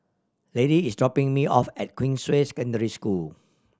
Lady is dropping me off at Queensway Secondary School